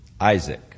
Isaac